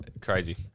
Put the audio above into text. Crazy